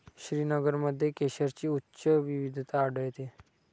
श्रीनगरमध्ये केशरची उच्च विविधता आढळते